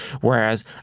whereas